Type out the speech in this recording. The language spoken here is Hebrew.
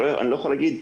אני לא יכול להגיד,